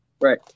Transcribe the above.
right